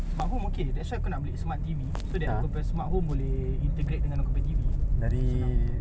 smartphone okay that's why aku nak beli smart T_V so that aku punya smartphone boleh integrate dengan aku punya T_V senang